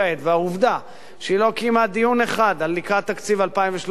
והעובדה שהיא לא קיימה דיון אחד לקראת תקציב 2013,